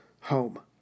home